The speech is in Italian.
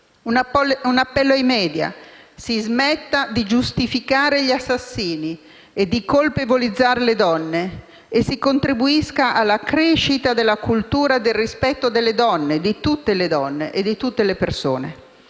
Un appello ai *media*, affinché si smetta di giustificare gli assassini e di colpevolizzare le donne e si contribuisca alla crescita della cultura del rispetto di tutte le donne e di tutte le persone.